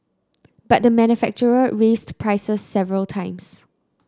but the manufacturer raised prices several times